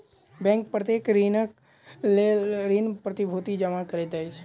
bank प्रत्येक ऋणक लेल ऋण प्रतिभूति जमा करैत अछि